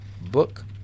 book